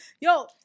yo